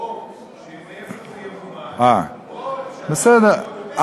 או מאיפה זה ימומן או, בסדר.